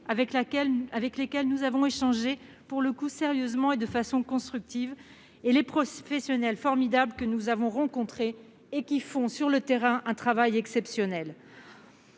avec lesquels nous avons échangé sérieusement et de façon constructive, et les professionnels formidables que nous avons rencontrés, qui font sur le terrain un travail exceptionnel.